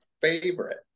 favorite